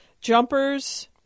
jumpers